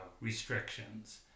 restrictions